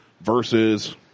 versus